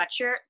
sweatshirt